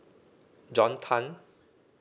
john tan